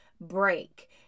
break